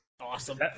awesome